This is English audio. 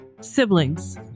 Siblings